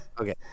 okay